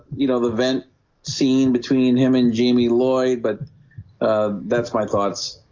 you know the vent scene between him and jamie lloyd but that's my thoughts